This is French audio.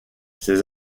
ces